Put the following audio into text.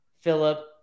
philip